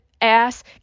ass